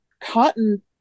cotton